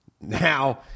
Now